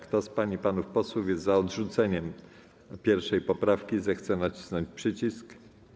Kto z pań i panów posłów jest za odrzuceniem 1. poprawki, zechce nacisnąć przycisk.